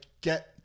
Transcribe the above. get